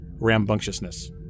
rambunctiousness